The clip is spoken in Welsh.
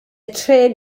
trên